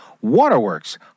Waterworks